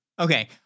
Okay